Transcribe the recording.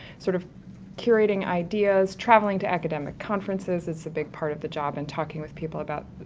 sort of curating ideas, travelling to academic conferences, it's a big part of the job and talking with people about,